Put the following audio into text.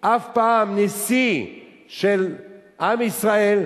אף פעם נשיא של עם ישראל,